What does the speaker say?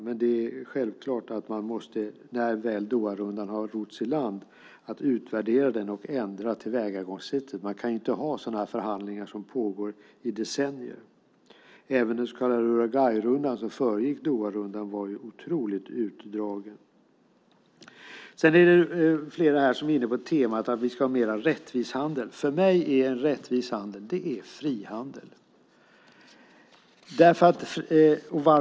Men det är självklart att man när Doharundan väl har rotts i land måste utvärdera den och ändra tillvägagångssättet. Man kan inte ha förhandlingar som pågår i decennier. Även den så kallade Uruguayrundan, som föregick Doharundan, var otroligt utdragen. Sedan är det flera här som är inne på temat att vi ska ha en mer rättvis handel. För mig är rättvis handel frihandel. Varför det?